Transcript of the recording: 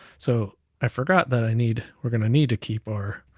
so i forgot that i need, we're gonna need to keep our